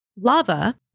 lava